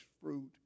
fruit